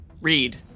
Read